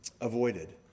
avoided